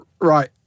Right